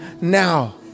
now